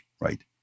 right